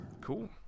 Cool